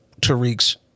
Tariq's